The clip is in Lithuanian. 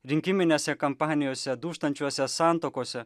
rinkiminėse kampanijose dūžtančiuose santuokose